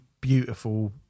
beautiful